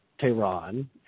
Tehran